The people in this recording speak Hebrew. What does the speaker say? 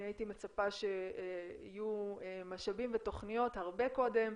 אני הייתי מצפה שיהיו משאבים ותוכניות הרבה קודם.